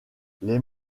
les